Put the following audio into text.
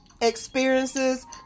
experiences